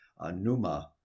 anuma